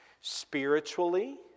spiritually